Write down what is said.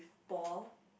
ball